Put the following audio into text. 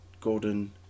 Gordon